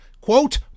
quote